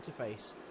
interface